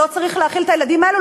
לא צריך להאכיל את הילדים האלו?